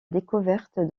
découverte